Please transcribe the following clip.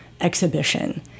exhibition